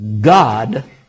God